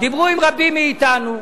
דיברו עם רבים מאתנו.